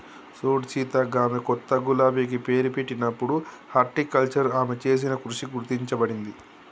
సూడు సీత గామె కొత్త గులాబికి పేరు పెట్టినప్పుడు హార్టికల్చర్ ఆమె చేసిన కృషి గుర్తించబడింది